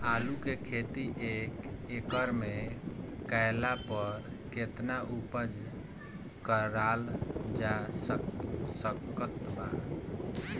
आलू के खेती एक एकड़ मे कैला पर केतना उपज कराल जा सकत बा?